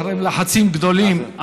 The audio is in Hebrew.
אחרי לחצים גדולים.